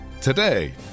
today